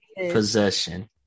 possession